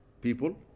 people